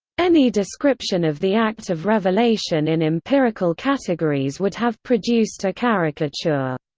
any description of the act of revelation in empirical categories would have produced a caricature.